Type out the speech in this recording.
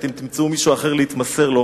אתם תמצאו מישהו אחר להתמסר לו.